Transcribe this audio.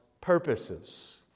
purposes